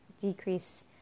decrease